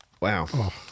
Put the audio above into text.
wow